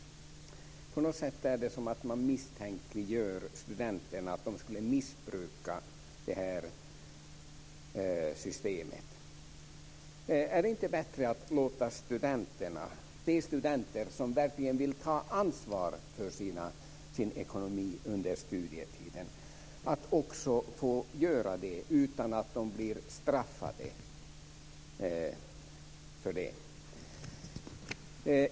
På något sätt är det som att man misstänkliggör studenterna och menar att de skulle missbruka systemet. Är det inte bättre att låta de studenter som verkligen vill ta ansvar för sin ekonomi under studietiden också få göra det utan att bli straffade?